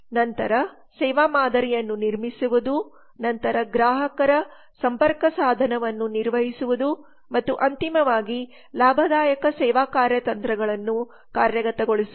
ನಂತರ ಸೇವಾ ಮಾದರಿಯನ್ನು ನಿರ್ಮಿಸುವುದು ನಂತರ ಗ್ರಾಹಕರ ಸಂಪರ್ಕಸಾಧನವನ್ನು ನಿರ್ವಹಿಸುವುದು ಮತ್ತು ಅಂತಿಮವಾಗಿ ಲಾಭದಾಯಕ ಸೇವಾ ಕಾರ್ಯತಂತ್ರಗಳನ್ನು ಕಾರ್ಯಗತಗೊಳಿಸುವುದು